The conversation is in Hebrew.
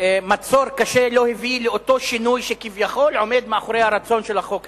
מצור קשה לא הביא לאותו שינוי שכביכול עומד מאחורי הרצון של החוק הזה.